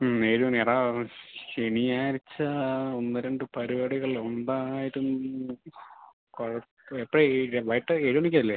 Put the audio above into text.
ഏഴു മണി ശനിയാഴ്ച്ച ഒന്ന് രണ്ട് പരിപാടികളുണ്ടായിരുന്നു കുഴപ്പം എപ്പോഴാണ് ഏഴ് വൈകിട്ട് ഏഴുമണിക്കല്ലേ